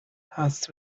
حدس